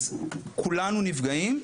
אז כולנו נפגעים,